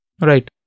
Right